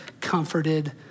comforted